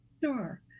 Sure